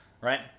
Right